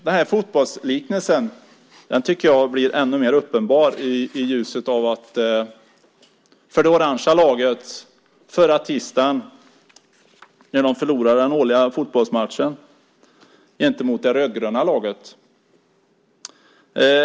Denna fotbollsliknelse blir ännu mer uppenbar i ljuset av det orangefärgade lagets förlust mot det rödgröna laget i den årliga fotbollsmatchen förra tisdagen.